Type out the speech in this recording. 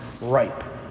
ripe